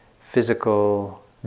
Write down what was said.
physical